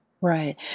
Right